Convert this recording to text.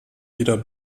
jeder